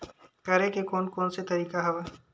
करे के कोन कोन से तरीका हवय?